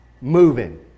moving